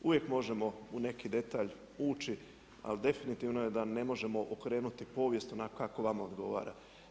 Uvijek možemo u neki detalj uči, ali definitivno je da ne možemo pokrenuti povijest onako kako vama odgovara.